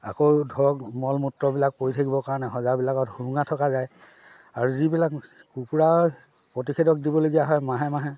আকৌ ধৰক মল মূত্ৰবিলাক পৰি থাকিবৰ কাৰণে সঁজাবিলাকত সুৰুঙা থকা যায় আৰু যিবিলাক কুকুৰা প্ৰতিষেধক দিবলগীয়া হয় মাহে মাহে